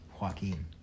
Joaquin